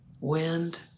wind